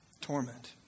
Torment